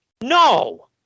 No